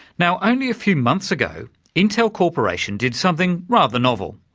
now only a few months ago intel corporation did something rather novel.